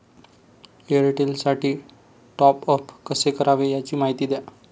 एअरटेलसाठी टॉपअप कसे करावे? याची माहिती द्या